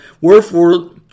Wherefore